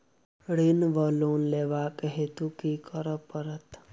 ऋण वा लोन लेबाक हेतु की करऽ पड़त?